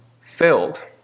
filled